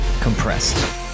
Compressed